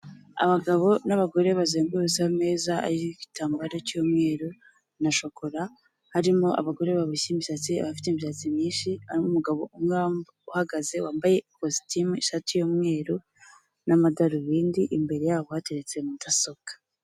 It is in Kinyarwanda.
Abagabo n'abagore bazengurutse ameza ari'igitambaro cy'umweru na shokora, harimo abagore baboshye imisatsi, abafite imisatsi myinshi, harimo umugabo umwe uhagaze wambaye ikositimu, ishati y'umweru n'amadarubindi, imbere yabo bateretse mudasobwa.